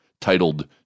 titled